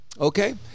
Okay